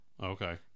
okay